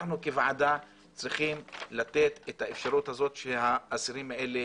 אנחנו כוועדה צריכים לתת את האפשרות הזאת שהאסירים האלה